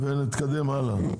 ונתקדם הלאה.